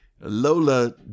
Lola